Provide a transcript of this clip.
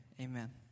amen